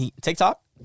TikTok